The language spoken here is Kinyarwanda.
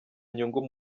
inyungu